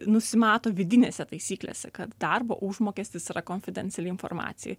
nusimato vidinėse taisyklėse kad darbo užmokestis yra konfidenciali informacija